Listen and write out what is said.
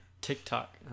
TikTok